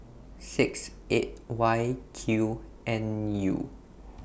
six eight Y Q N U